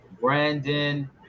Brandon